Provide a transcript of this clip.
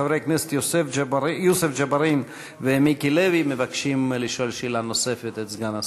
חברי הכנסת יוסף ג'בארין ומיקי לוי מבקשים לשאול שאלה נוספת את סגן השר.